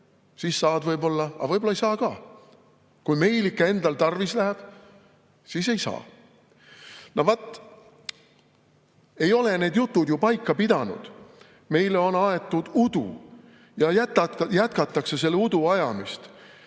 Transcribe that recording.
siis vaatame, võib-olla saad, aga võib-olla ei saa ka, kui ikka meil endal tarvis läheb, siis ei saa. No vaat ei ole need jutud paika pidanud. Meile on aetud udu ja jätkatakse selle udu ajamist.